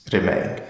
Remain